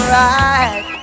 right